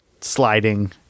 sliding